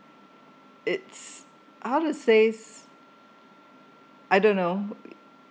it's how to say I don't know